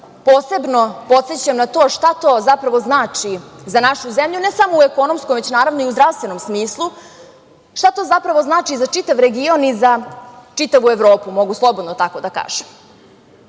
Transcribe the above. posebno podsećam na to šta to zapravo znači za našu zemlju, ne samo u ekonomskom, već i u zdravstvenom smislu, šta to znači za čitav region i za čitavu Evropu, mogu slobodno tako da kažem.I